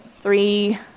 Three